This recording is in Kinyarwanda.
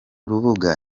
rubuga